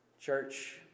Church